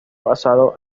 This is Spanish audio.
basado